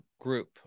group